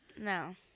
no